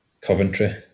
Coventry